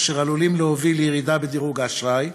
אשר עלולות להוביל לירידה בדירוג האשראי,